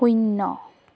শূন্য